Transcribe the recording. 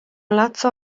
leatsa